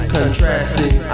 Contrasting